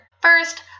First